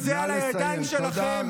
הכסף הזה על הידיים שלכם.